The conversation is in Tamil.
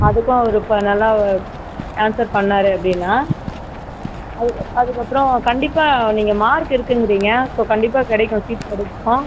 அதுக்கும் அவர் ஃப நல்லா ஆன்ஸர் பண்ணார் அப்படினா அது அதற்கப்புறோம் கண்டிப்பாக நீங்கள் மார்க்கு இருக்குன்றீங்க ஸோ அப்போ கண்டிப்பாக கிடைக்கும் சீட் கிடைக்கும்